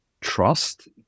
trust